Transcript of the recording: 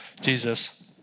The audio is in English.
Jesus